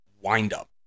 wind-up